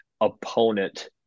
opponent